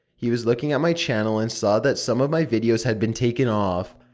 he was looking at my channel and saw that some of my videos had been taken off.